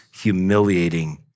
humiliating